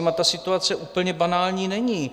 Ta situace úplně banální není.